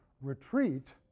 retreat